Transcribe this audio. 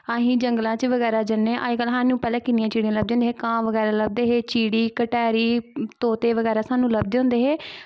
अस जंगलां च बगैरा जन्नें स्हानू किन्नियां चिड़ियां लब्भदियां हां कां बगैरा लब्भदे हे चिड़ी गटारी तोते बगैरा स्हानू लब्भदे होंदे हे